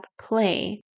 play